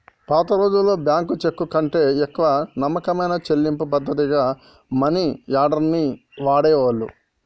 పాతరోజుల్లో బ్యేంకు చెక్కుకంటే ఎక్కువ నమ్మకమైన చెల్లింపు పద్ధతిగా మనియార్డర్ ని వాడేటోళ్ళు